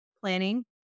planning